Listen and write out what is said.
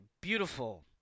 beautiful